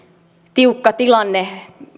tiukka tilanne